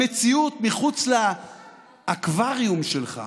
במציאות, מחוץ לאקווריום שלך,